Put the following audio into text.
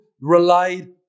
relied